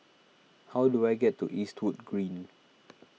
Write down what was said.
how do I get to Eastwood Green